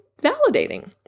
validating